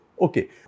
Okay